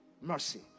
Mercy